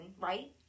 right